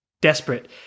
desperate